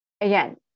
Again